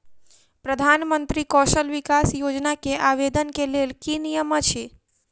प्रधानमंत्री कौशल विकास योजना केँ आवेदन केँ लेल की नियम अछि?